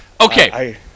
Okay